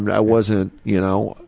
and i wasn't, you know,